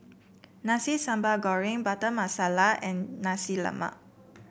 Nasi Sambal Goreng Butter Masala and Nasi Lemak